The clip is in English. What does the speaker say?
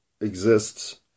exists